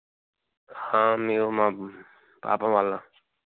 మేము మా పాప వాళ్ళ